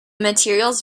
materials